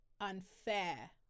unfair